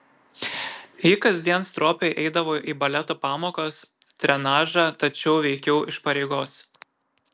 ji kasdien stropiai eidavo į baleto pamokas trenažą tačiau veikiau iš pareigos